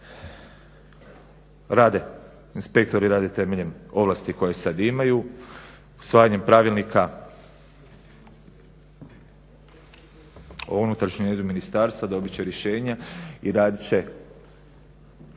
Rade, inspektori rade temeljem ovlasti koje sad imaju. Usvajanjem Pravilnika o unutrašnjem redu ministarstva dobit će rješenja i radit će